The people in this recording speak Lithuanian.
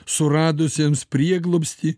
suradusiems prieglobstį